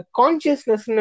consciousness